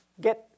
get